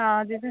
ହଁ ଯେ